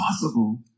possible